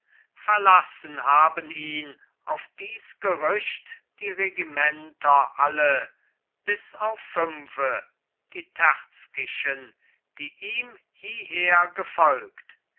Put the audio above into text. verlassen haben ihn auf dies gerücht die regimenter alle bis auf fünfe die terzkyschen die ihm hieher gefolgt